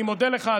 אני מודה לך,